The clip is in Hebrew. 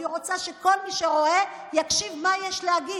אני רוצה שכל מי שרואה יקשיב למה שיש להגיד.